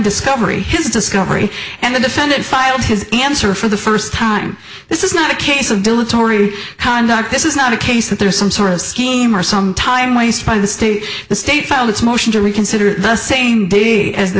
discovery his discovery and the defendant filed his answer for the first time this is not a case of dilatory conduct this is not a case that there is some sort of scheme or some time waste by the state the state found its motion to reconsider the same date as the